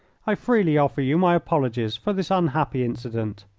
i freely offer you my apologies for this unhappy incident.